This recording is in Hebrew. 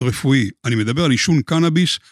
רפואי, אני מדבר על עישון קאנביס